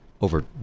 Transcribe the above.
over